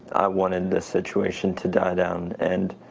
wanted the situation to die down, and